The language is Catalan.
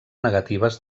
negatives